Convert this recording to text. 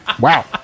Wow